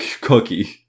cookie